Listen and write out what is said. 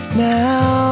now